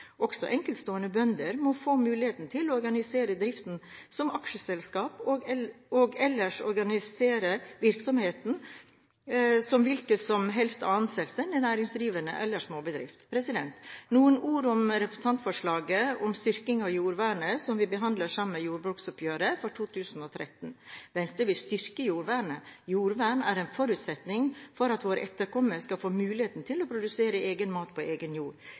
Også enkeltstående bønder må få mulighet til å organisere driften som aksjeselskap, og ellers organisere virksomheten som hvilken som helst annen selvstendig næringsdrivende eller småbedrift. Noen ord om representantforslaget om styrking av jordvernet som vi behandler sammen med jordbruksoppgjøret for 2013. Venstre vil styrke jordvernet. Jordvern er en forutsetning for at våre etterkommere skal få muligheten til å produsere egen mat på egen jord.